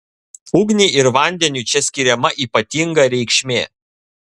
ugniai ir vandeniui čia skiriama ypatinga reikšmė